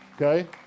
okay